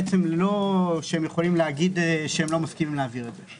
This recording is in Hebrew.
זה לא שהם יכולים להגיד שהם לא מסכימים להעביר את זה.